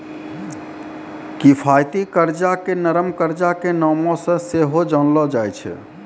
किफायती कर्जा के नरम कर्जा के नामो से सेहो जानलो जाय छै